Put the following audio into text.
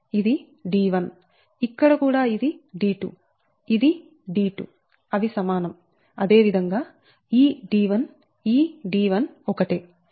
ఇక్కడ కూడా ఇది d2 ఇది d2 అవి సమానం అదేవిధంగా ఈ d1 ఈ d1 ఒకటే